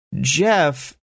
jeff